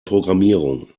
programmierung